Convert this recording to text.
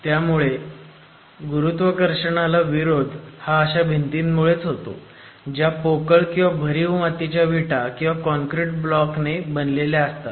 त्यामुळे गुरुत्वाकर्षणाला विरोध हा अशा भिंतींमुळेच होतो ज्या पोकळ किंवा भरीव मातीच्या विटा किंवा कॉनक्रिट ब्लॉक ने बनलेल्या असतात